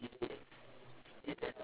I was so triggered